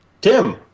Tim